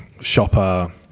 shopper